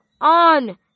on